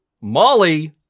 Molly